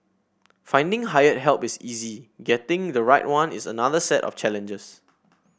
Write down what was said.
finding hired help is easy getting the right one is another set of challenges